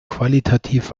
qualitativ